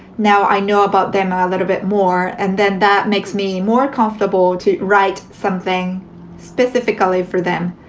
now i know about them a little bit more. and then that makes me more comfortable to write something specifically for them,